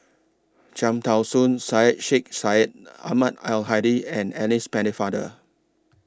Cham Tao Soon Syed Sheikh Syed Ahmad Al Hadi and Alice Pennefather